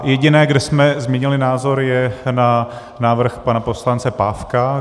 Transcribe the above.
Jediné, kde jsme změnili názor, je na návrh pana poslance Pávka.